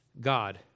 God